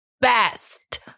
best